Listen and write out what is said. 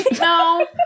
No